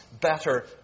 better